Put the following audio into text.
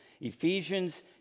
Ephesians